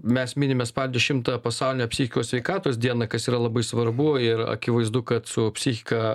mes minime spalio dešimtą pasaulinę psichikos sveikatos dieną kas yra labai svarbu ir akivaizdu kad su psichika